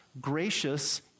gracious